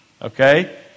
Okay